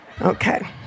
Okay